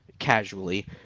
casually